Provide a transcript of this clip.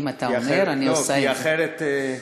אם אתה אומר, אני עושה את זה.